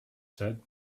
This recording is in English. said